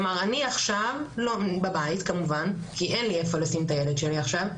אני עכשיו בבית כמובן כי אין לי איפה לשים את הילד שלי עכשיו,